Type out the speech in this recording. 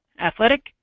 athletic